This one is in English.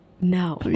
No